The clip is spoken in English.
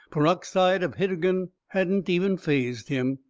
peroxide of hidergin hadn't even phased him.